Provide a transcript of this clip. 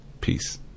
Peace